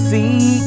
See